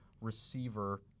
receiver